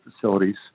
facilities